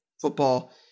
Football